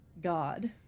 god